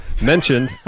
Mentioned